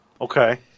okay